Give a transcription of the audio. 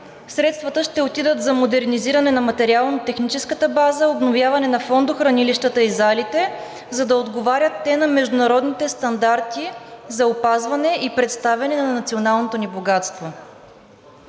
средствата ще отидат за модернизиране на материално-техническата база, обновяване на фондохранилищата и залите, за да отговарят те на международните стандарти за опазване и представяне на националното ни богатство.